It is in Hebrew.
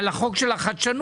על החוק של החדשנות,